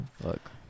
Look